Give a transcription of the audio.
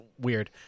weird